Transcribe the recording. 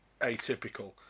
atypical